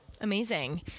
Amazing